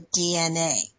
DNA